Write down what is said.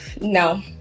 No